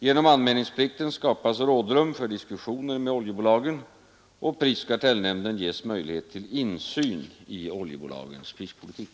Genom anmälningsplikten skapas rådrum för diskussioner med oljebolagen, och prisoch kartellnämnden ges möjlighet till insyn i oljebolagens prispolitik.